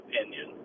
opinion